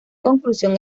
conclusión